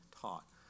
taught